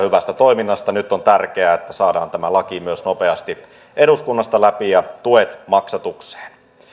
hyvästä toiminnasta nyt on tärkeää että saadaan tämä laki myös nopeasti eduskunnasta läpi ja tuet maksatukseen